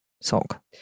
sock